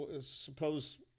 Suppose